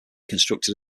constructed